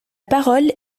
parole